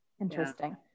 Interesting